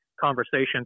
conversations